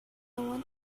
want